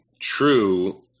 true